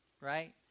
right